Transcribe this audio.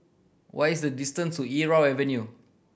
what is the distance to Irau Avenue